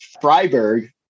Freiburg